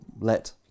let